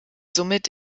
somit